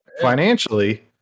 Financially